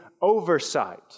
oversight